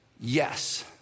Yes